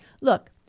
look